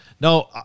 no